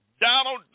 Donald